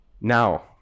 now